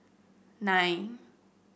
nine